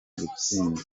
gutsinda